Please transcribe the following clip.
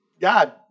God